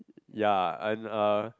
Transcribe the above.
ya and uh